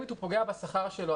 אם אתה פוגע בשכר שלו,